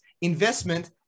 investment